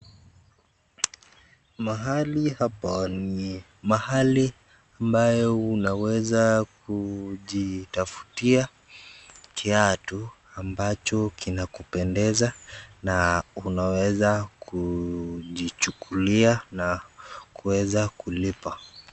Mahali hapa ni mahali ambayo unaweza kujitafutia kiatu kinachokupendeza , na unaweza kujichukulia na kuweza kulipa.